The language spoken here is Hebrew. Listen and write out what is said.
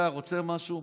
אתה רוצה משהו?